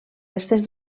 restes